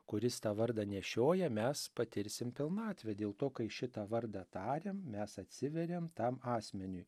kuris tą vardą nešioja mes patirsim pilnatvę dėl to kai šitą vardą tariam mes atsiveriam tam asmeniui